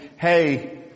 Hey